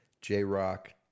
J-Rock